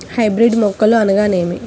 Hybrid మొక్కలు అనగానేమి?